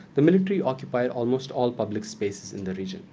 the military occupied almost all public spaces in the region